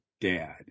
Dad